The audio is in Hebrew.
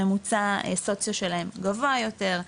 הממוצע הסוציו שלהם גבוה יותר.